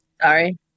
sorry